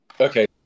Okay